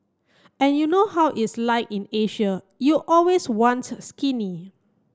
and you know how it's like in Asia you always want skinny